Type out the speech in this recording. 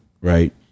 right